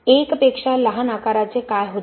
1 पेक्षा लहान आकाराचे काय होते